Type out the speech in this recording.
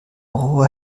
rohr